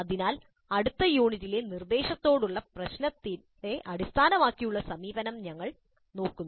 അതിനാൽ അടുത്ത യൂണിറ്റിലെ നിർദ്ദേശങ്ങളോടുള്ള പ്രശ്നത്തെ അടിസ്ഥാനമാക്കിയുള്ള സമീപനം ഞങ്ങൾ നോക്കുന്നു